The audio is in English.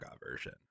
version